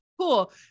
Cool